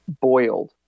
boiled